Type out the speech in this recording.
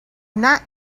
not